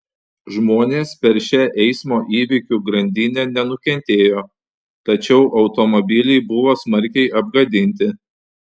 žmonės per šią eismo įvykių grandinę nenukentėjo tačiau automobiliai buvo smarkiai apgadinti